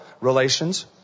relations